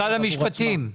משרד המשפטים.